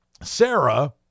Sarah